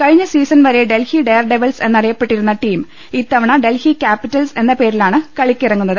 കഴിഞ്ഞ സീസൺ വരെ Delhi Daredevils എന്നറിയ പ്പെട്ടിരുന്ന ടീം ഇത്തവണ ഡൽഹി ക്യാപിറ്റൽസ് എന്ന പേരിലാണ് കളി ക്കിറങ്ങുന്നത്